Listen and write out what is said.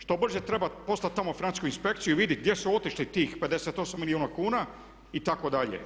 Što brže treba poslati tamo francusku inspekciju i vidjeti gdje su otišli tih 58 milijuna kuna itd.